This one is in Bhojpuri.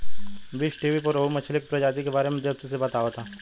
बीज़टीवी पर रोहु मछली के प्रजाति के बारे में डेप्थ से बतावता